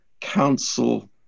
Council